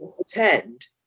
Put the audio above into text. attend